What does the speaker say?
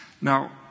Now